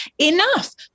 enough